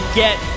get